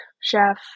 chef